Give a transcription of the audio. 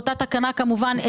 באותה תקנה כמובן,